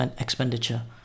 expenditure